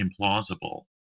implausible